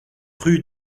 rue